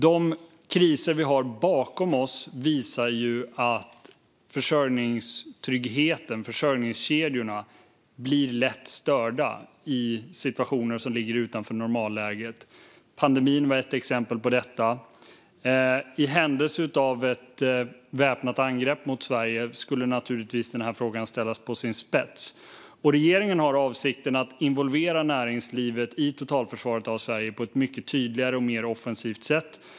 De kriser vi har bakom oss visar ju att försörjningstryggheten och försörjningskedjorna lätt blir störda i situationer som ligger utanför normalläget. Pandemin var ett exempel på detta. I händelse av ett väpnat angrepp mot Sverige skulle naturligtvis denna fråga ställas på sin spets. Och regeringen har avsikten att involvera näringslivet i totalförsvaret av Sverige på ett mycket tydligare och mer offensivt sätt.